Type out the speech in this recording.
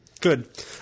Good